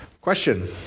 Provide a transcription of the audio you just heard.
Question